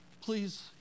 Please